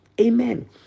Amen